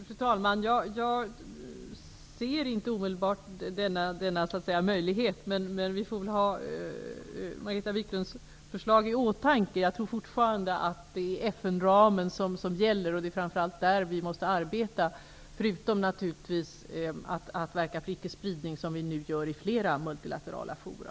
Fru talman! Jag ser inte omedelbart denna möjlighet. Men vi får väl ha Margareta Viklunds förslag i åtanke. Jag tror fortfarande att det är FN ramen som gäller. Det är framför allt där vi måste arbeta, förutom att vi naturligtvis måste verka för icke-spridning, som vi nu gör i flera multilaterala fora.